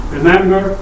Remember